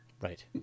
Right